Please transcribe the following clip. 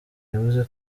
yavuze